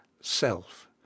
self